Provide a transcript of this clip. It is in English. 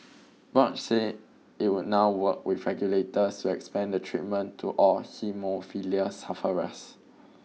Roche said it would now work with regulators to expand the treatment to all haemophilia sufferers